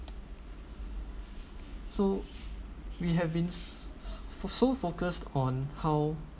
so we have been s~ for so focused on how